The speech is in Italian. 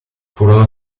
furono